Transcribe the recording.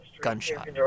gunshot